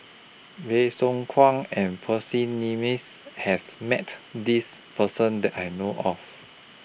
Bey Soo Khiang and Percy Mcneice has Met This Person that I know of